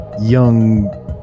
young